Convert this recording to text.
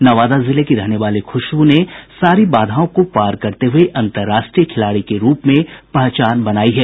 नवादा जिले की रहने वाली खुशबू ने सारी बाधाओं को पार करते हुए अंतरराष्ट्रीय खिलाडी के रुप में पहचान बनायी है